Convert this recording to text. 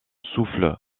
souffle